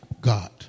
God